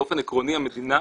באופן עקרוני המדינה